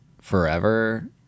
forever